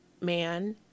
man